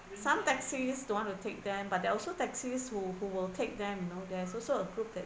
some taxis don't want to take them but there're also taxis who who will take them you know there's also a group that